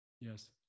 Yes